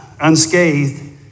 unscathed